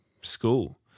school